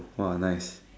!woah! nice